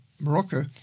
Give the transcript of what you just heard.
Morocco